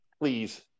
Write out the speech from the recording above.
please